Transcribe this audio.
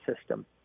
system